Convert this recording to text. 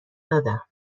دادم